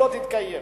לא תתקיים,